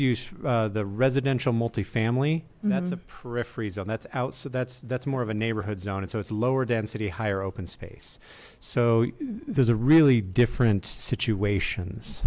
use the residential multi family that's a periphery zone that's out so that's that's more of a neighborhood zone and so it's lower density higher open space so there's a really different situations